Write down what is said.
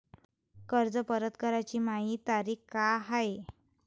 कर्ज परत कराची मायी तारीख का हाय?